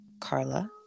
Carla